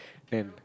and